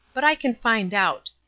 but i can find out.